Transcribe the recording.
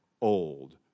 old